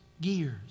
gears